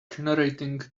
generating